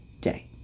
day